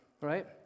right